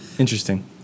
interesting